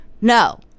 No